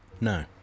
No